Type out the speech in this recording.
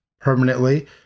permanently